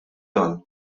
dan